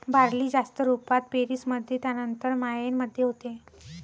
barley जास्त रुपात पेरीस मध्ये त्यानंतर मायेन मध्ये होते